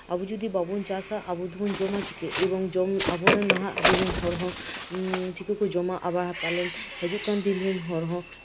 ᱟᱵᱚ ᱡᱚᱫᱤ ᱵᱟᱵᱚᱱ ᱪᱟᱥᱟ ᱟᱵᱚ ᱫᱚᱵᱚᱱ ᱡᱚᱢᱟ ᱪᱮᱫ ᱮᱵᱚᱝ ᱟᱵᱚᱨᱮᱱ ᱱᱟᱦᱟᱜ ᱫᱤᱱ ᱨᱮᱱ ᱦᱚᱲ ᱦᱚᱸ ᱪᱤᱠᱟᱹ ᱠᱚ ᱡᱚᱢᱟ ᱟᱵᱟᱨ ᱯᱟᱞᱮᱱ ᱦᱤᱡᱩᱜ ᱠᱟᱱ ᱫᱤᱱ ᱨᱮᱱ ᱦᱚᱲᱦᱚᱸ